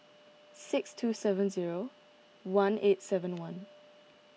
six two seven zero one eight seven one